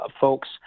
folks